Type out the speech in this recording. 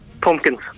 Pumpkins